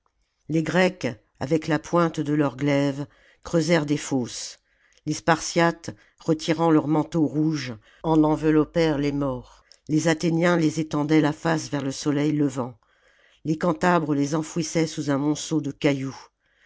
les grecs avec la pointe de leurs glaives creusèrent des fosses les spartiates retirant leurs manteaux rouges en enveloppèrent les morts les athéniens les étendaient la face vers le soleil levant les cantabres les enfouissaient sous un morfceau de cailloux